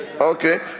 Okay